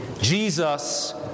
Jesus